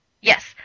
Yes